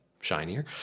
shinier